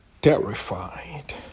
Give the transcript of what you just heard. terrified